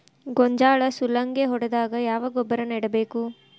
ಗೋಂಜಾಳ ಸುಲಂಗೇ ಹೊಡೆದಾಗ ಯಾವ ಗೊಬ್ಬರ ನೇಡಬೇಕು?